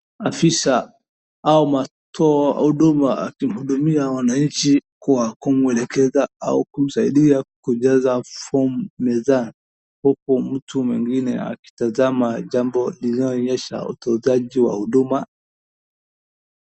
Afisa anatoa huduma akihudumia wananchi kwa kumwelekeza au kumsaidia kujaza fomu mezani, huku mtu mwingine akitazama jambo lililoonyesha utozaji wa huduma.